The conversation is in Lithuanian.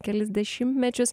kelis dešimtmečius